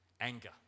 anger